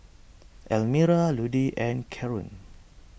Elmira Ludie and Caron